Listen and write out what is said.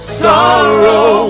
sorrow